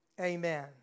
Amen